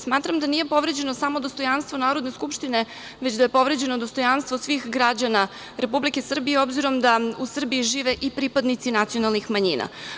Smatram da nije povređeno samo dostojanstvo Narodne skupštine, već da je povređeno dostojanstvo svih građana Republike Srbije, obzirom da u Srbiji žive i pripadnici nacionalnih manjina.